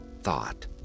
thought